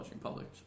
publishing